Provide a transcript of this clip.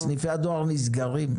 סניפי הדואר נסגרים.